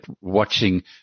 watching